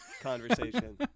conversation